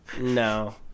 No